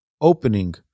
opening